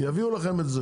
יביאו לכם את זה.